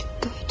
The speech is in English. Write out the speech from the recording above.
good